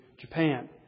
Japan